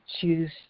choose